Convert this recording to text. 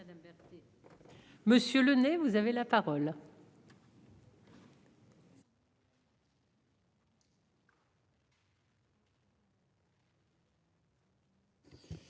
Monsieur le nez, vous avez la parole.